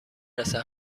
رسد